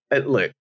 look